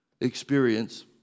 experience